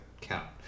count